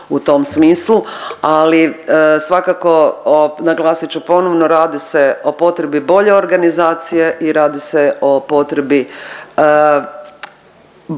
u tom smislu ali svakako naglasit ću ponovno radi se o potrebi bolje organizacije i radi se o potrebi